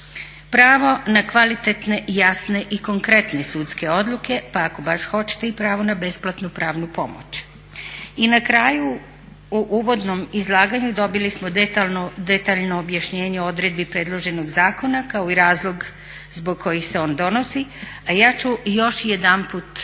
Pravo na kvalitetni, jasne i konkretne sudske odluke pa ako baš hoćete i pravo na besplatnu pravnu pomoć. I na kraju u uvodnom izlaganju dobili smo detaljno objašnjenje o odredbi predloženog zakona kao i razlog zbog kojih se on donosi, a ja ću još jedanput podcrtati,